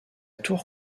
tour